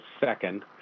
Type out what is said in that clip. second